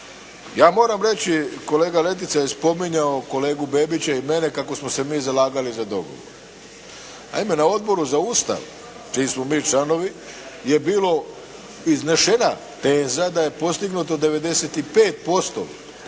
Ja moram reći, kolega Letica je spominjao kolegu Bebića i mene kako smo se mi zalagali za dogovor. Naime, na Odboru za Ustav, čiji smo mi članovi, je bila iznešena teza da je postignuto 95%